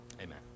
Amen